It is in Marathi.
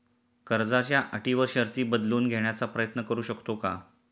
कर्जाच्या अटी व शर्ती बदलून घेण्याचा प्रयत्न करू शकतो का?